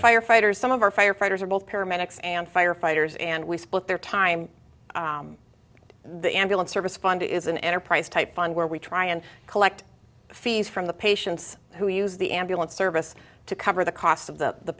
firefighters some of our firefighters are both paramedics and firefighters and we split their time the ambulance service fund is an enterprise type fund where we try and collect fees from the patients who use the ambulance service to cover the cost of the